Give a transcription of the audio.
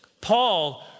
Paul